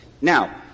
Now